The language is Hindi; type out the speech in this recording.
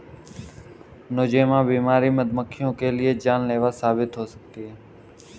नोज़ेमा बीमारी मधुमक्खियों के लिए जानलेवा साबित हो सकती है